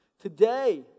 Today